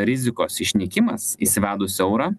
rizikos išnykimas įsivedus eurą